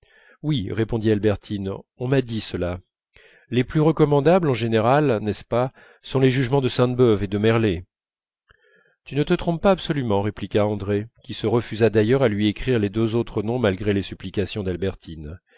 oui répondit albertine on m'a dit cela les plus recommandables en général n'est-ce pas sont les jugements de sainte-beuve et de merlet tu ne te trompes pas absolument répliqua andrée qui se refusa d'ailleurs à lui écrire les deux autres noms malgré les supplications d'albertine